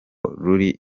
ruri